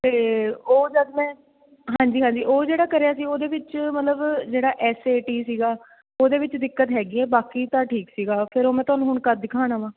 ਅਤੇ ਉਹ ਜਦ ਮੈਂ ਹਾਂਜੀ ਹਾਂਜੀ ਉਹ ਜਿਹੜਾ ਕਰਿਆ ਸੀ ਉਹਦੇ ਵਿੱਚ ਮਤਲਬ ਜਿਹੜਾ ਐੱਸ ਏ ਟੀ ਸੀਗਾ ਉਹਦੇ ਵਿੱਚ ਦਿੱਕਤ ਹੈਗੀ ਆ ਬਾਕੀ ਤਾਂ ਠੀਕ ਸੀ ਫਿਰ ਉਹ ਮੈਂ ਤੁਹਾਨੂੰ ਹੁਣ ਕਦੋਂ ਦਿਖਾਉਣ ਆਵਾਂ